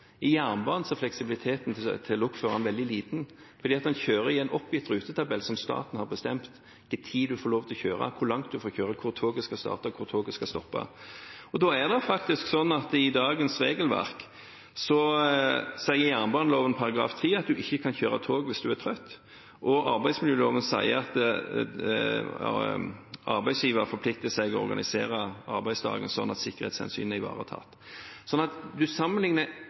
I jernbanen er fleksibiliteten til lokføreren veldig liten, for han kjører etter en oppgitt rutetabell, der staten har bestemt når en får lov til å kjøre, hvor langt en får kjøre, hvor toget skal starte og hvor toget skal stoppe. Og det er faktisk sånn i dagens regelverk at jernbaneloven § 3 sier at en ikke kan kjøre tog hvis en er trøtt, og arbeidsmiljøloven sier at arbeidsgiver forplikter seg til å organisere arbeidsdagen slik at sikkerhetshensynet er ivaretatt. Så du sammenligner